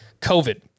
COVID